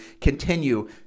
continue